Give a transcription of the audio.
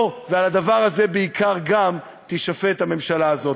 פה, ועל הדבר הזה, בעיקר גם, תישפט הממשלה הזאת.